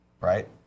right